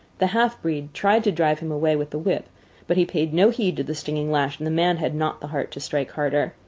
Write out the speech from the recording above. the half-breed tried to drive him away with the whip but he paid no heed to the stinging lash, and the man had not the heart to strike harder.